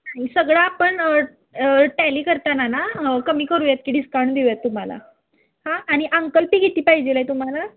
सगळं आपण टॅली करताना ना कमी करूयात की डिस्काउंट देऊयात तुम्हाला हां आणि अंकलिपी किती पाहिजे आहे तुम्हाला